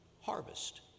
harvest